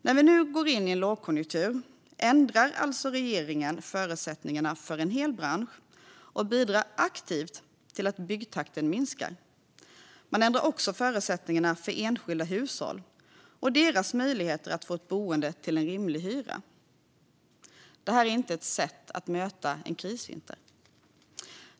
När vi nu går in i en lågkonjunktur ändrar alltså regeringen förutsättningarna för en hel bransch och bidrar aktivt till att byggtakten minskar. Man ändrar också förutsättningarna för enskilda hushåll och deras möjligheter att få ett boende till en rimlig hyra. Detta är inte rätt sätt att möta en krisvinter.